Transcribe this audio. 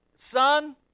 Son